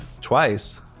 Twice